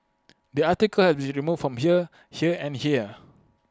the article has been removed from here here and here